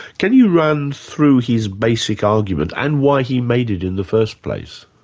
can you run through his basic argument, and why he made it in the first place?